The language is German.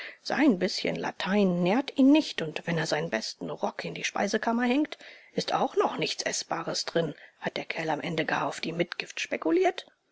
sein bißchen latein nährt ihn nicht und wenn er seinen besten rock in die speisekammer hängt ist auch noch nichts eßbares drin hat der kerl am ende gar auf die mitgift spekuliert